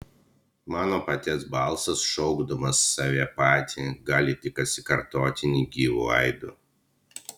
mano paties balsas šaukdamas save patį gali tik atsikartoti negyvu aidu